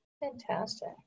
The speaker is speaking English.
Fantastic